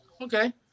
Okay